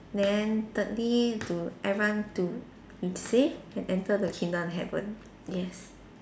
then thirdly to everyone to insist and enter the kingdom of heaven